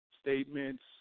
statements